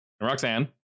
Roxanne